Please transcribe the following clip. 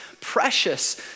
precious